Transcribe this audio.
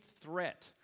threat